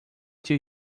too